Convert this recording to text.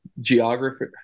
geography